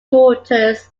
daughters